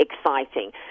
exciting